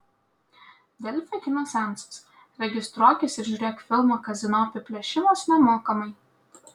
delfi kino seansas registruokis ir žiūrėk filmą kazino apiplėšimas nemokamai